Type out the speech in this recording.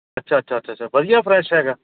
ਅੱਛਾ ਅੱਛਾ ਅੱਛਾ ਅੱਛਾ ਵਧੀਆ ਫਰੈਸ਼ ਹੈਗਾ